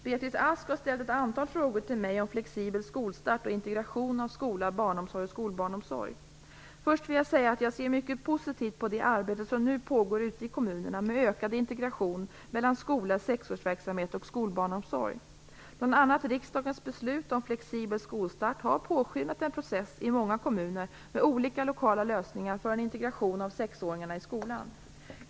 Fru talman! Beatrice Ask har ställt ett antal frågor till mig om flexibel skolstart och integration av skola, barnomsorg och skolbarnsomsorg. Först vill jag säga att jag ser mycket positivt på det arbete som nu pågår ute i kommunerna med ökad integration mellan skola, sexårsverksamhet och skolbarnsomsorg. Bl.a. riksdagens beslut om flexibel skolstart har påskyndat en process i många kommuner med olika lokala lösningar för en integration av sexåringarna i skolan.